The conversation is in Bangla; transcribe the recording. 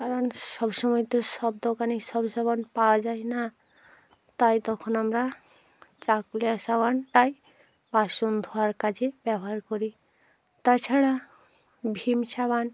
কারণ সব সময় তো সব দোকানে সব সাবান পাওয়া যায় না তাই তখন আমরা চাকুলিয়া সাবানটাই বাসুন ধোয়ার কাজে ব্যবহার করি তাছাড়া ভীম সাবান